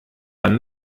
dann